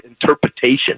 interpretation